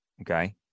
Okay